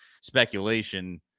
speculation